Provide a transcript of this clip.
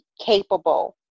capable